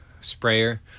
sprayer